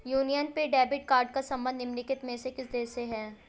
Union Pay debit card का संबंध निम्नलिखित में से किस देश से है?